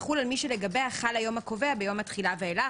והוא יחול על מי שלגביה חל היום הקובע ביום התחילה ואילך.